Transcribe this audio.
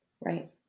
Right